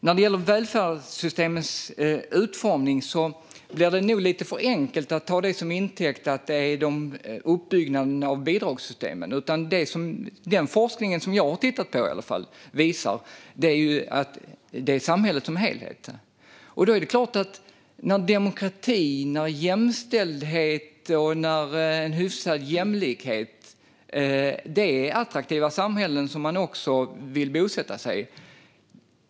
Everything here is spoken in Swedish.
När det gäller välfärdssystemens utformning är det nog lite för enkelt att säga att det handlar om uppbyggnaden av bidragssystemen. Den forskning som jag har tittat på visar att det snarare handlar om samhället som helhet. Demokrati, jämställdhet och hyfsad jämlikhet är utmärkande för attraktiva samhällen som man också vill bosätta sig i.